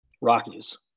rockies